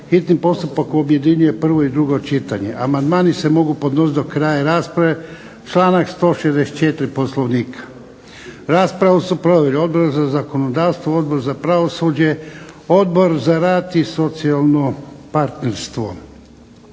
hitni postupak objedinjuje prvo i drugo čitanje. Amandmani se mogu podnositi do kraja rasprave, članak 164. Poslovnika. Raspravu su proveli Odbor za zakonodavstvo, Odbor za pravosuđe, Odbor za rad i socijalno partnerstvo.